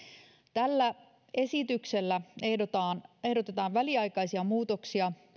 tällä esityksellä ehdotetaan ehdotetaan väliaikaisia muutoksia